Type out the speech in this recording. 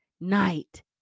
night